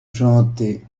chanter